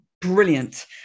Brilliant